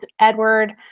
edward